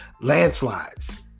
landslides